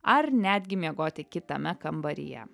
ar netgi miegoti kitame kambaryje